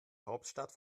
hauptstadt